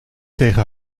tegen